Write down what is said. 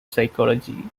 psychology